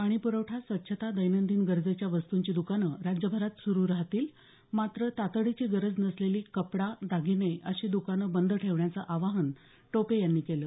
पाणीपुरवठा स्वच्छता दैनंदिन गरजेच्या वस्तुंची दुकानं राज्यभरात सुरू राहतील मात्र तातडीची गरज नसलेली कपडा दागिने आदी द्रकानं बंद ठेवण्याचं आवाहन टोपे यांनी केलं